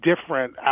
different